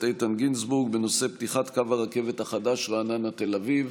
גינזבורג בנושא פתיחת קו הרכבת החדש רעננה-תל אביב.